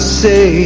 say